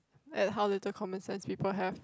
at how little common sense people have